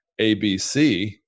ABC